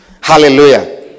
Hallelujah